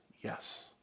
yes